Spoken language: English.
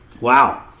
Wow